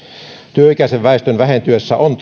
työikäisen väestön vähentyessä on